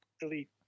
Delete